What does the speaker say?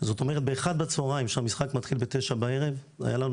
זאת אומרת ב-13:00 בצוהריים כשהמשחק מתחיל ב-21:00 בערב היה לנו